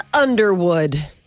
Underwood